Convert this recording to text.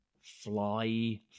fly